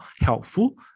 helpful